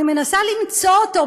אני מנסה למצוא אותו,